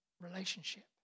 relationship